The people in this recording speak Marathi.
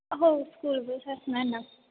हो स्कूल बस असणार ना